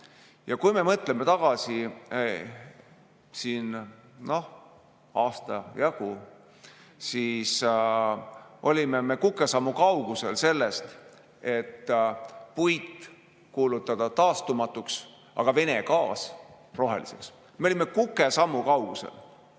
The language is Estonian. maagaas. Mõtleme tagasi siin, noh, aasta jagu, siis olime me kukesammu kaugusel sellest, et puit kuulutada taastumatuks, aga Vene gaas roheliseks. Me olime sellest kukesammu kaugusel!